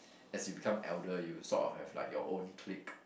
as you become elder you sort of have like your own clique